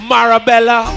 Marabella